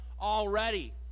already